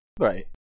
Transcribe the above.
right